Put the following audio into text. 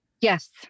Yes